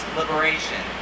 liberation